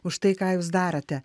už tai ką jūs darote